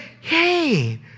hey